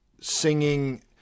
singing